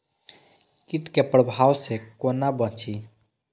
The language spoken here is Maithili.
कीट के प्रभाव से कोना बचीं?